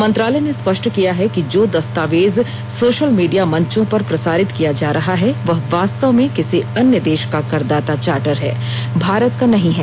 मंत्रालय ने स्पष्ट किया है कि जो दस्तावेज सोशल मीडिया मंचों पर प्रसारित किया जा रहा है वह वास्तव में किसी अन्य देश का करदाता चार्टर है भारत का नहीं है